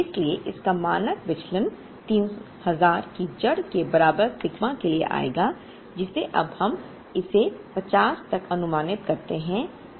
इसलिए इसका मानक विचलन 3000 की जड़ के बराबर सिग्मा के लिए आएगा जिसे अब हम इसे 50 तक अनुमानित करते हैं